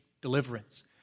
deliverance